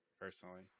Personally